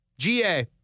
GA